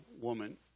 woman